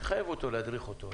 תחייב אותו להדריך אותו,